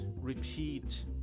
repeat